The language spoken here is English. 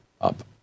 up